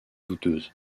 douteuse